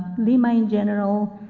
lima in general.